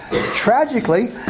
Tragically